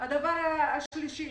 דבר שלישי,